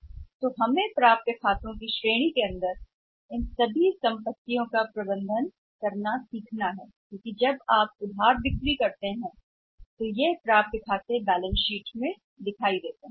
इसलिए इन सभी संपत्तियों को हमें प्रबंधन करना सीखना होगा प्राप्य प्रबंधन की श्रेणियां क्योंकि जब आप उस और खातों के बारे में बात करते हैं जब हम क्रेडिट राइट पर बेचते हैं तो रिसीव बैलेंस शीट में दिखाई देते हैं